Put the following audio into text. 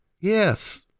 Yes